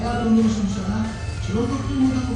האפשרות שאתה יכול להקים את אותם מפעלים או את אותם משרדים